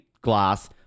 glass